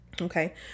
okay